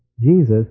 Jesus